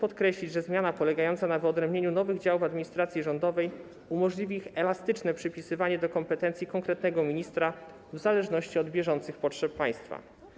Należy podkreślić, że zmiana polegająca na wyodrębnieniu nowych działów administracji rządowej umożliwi ich elastyczne przypisywanie do kompetencji konkretnego ministra w zależności od bieżących potrzeb państwa.